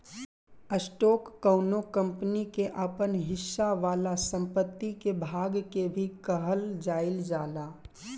stock कौनो company के आपन हिस्सा वाला संपत्ति के भाग के भी कहल जाइल जाला